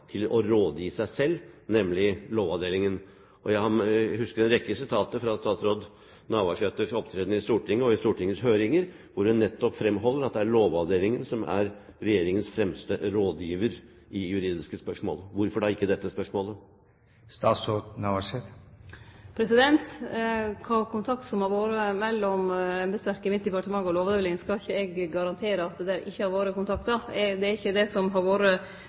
til å rådgi seg selv, nemlig Lovavdelingen. Jeg husker en rekke sitater fra statsråd Navarsetes opptreden i Stortinget og i Stortingets høringer, hvor hun nettopp fremholdt at det er Lovavdelingen som er regjeringens fremste rådgiver i juridiske spørsmål. Hvorfor da ikke i dette spørsmålet? Når det gjeld spørsmålet om kva kontakt som har vore mellom embetsverket i mitt departement og Lovavdelinga, skal eg ikkje garantere at det ikkje har vore kontakt. Det er ikkje det som har